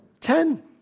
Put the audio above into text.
Ten